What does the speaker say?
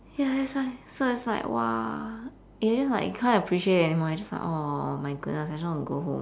ya that's why so it's like !wah! you're just like I can't appreciate it anymore it's just like oh oh my goodness I just want to go home